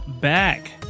back